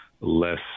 less